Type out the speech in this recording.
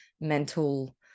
mental